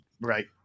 right